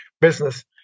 business